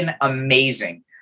amazing